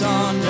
on